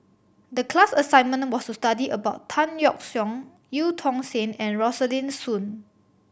the class assignment was to study about Tan Yeok Seong Eu Tong Sen and Rosaline Soon